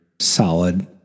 solid